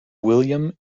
william